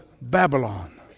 Babylon